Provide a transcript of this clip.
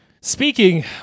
speaking